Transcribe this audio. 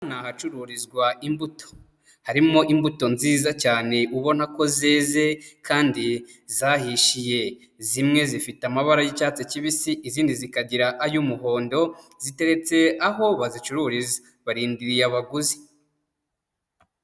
Aha ni ahacururizwa imbuto, harimo imbuto nziza cyane ubona ko zeze, kandi zahishiye. Zimwe zifite amaba y'icyatsi kibisi, izindi zikagira ay'umuhondo, ziteretse aho bazicururiza. Barindiriye abaguzi.